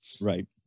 Right